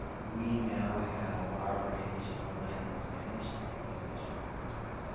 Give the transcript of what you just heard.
we now have our orientation online in spanish and english for the first time.